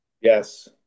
Yes